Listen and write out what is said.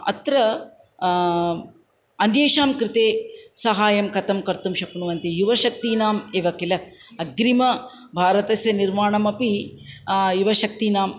अत्र अन्येषां कृते सहाय्यं कथं कर्तुं शक्नुवन्ति युवशक्तीनाम् एव किल अग्रिम भारतस्य निर्माणम् अपि युवशक्तीनाम्